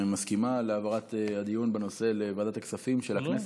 מסכימים להעברת הדיון בנושא לוועדת הכספים של הכנסת?